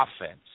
offense